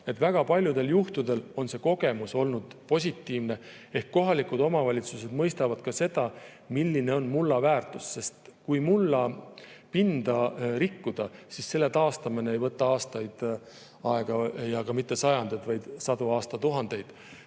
väga paljudel juhtudel on see kogemus olnud positiivne ehk kohalikud omavalitsused mõistavad ka seda, milline on mulla väärtus. Kui mullapinda rikkuda, siis selle taastamine ei võta aega aastaid ega ka mitte sajandeid, vaid sadu aastatuhandeid.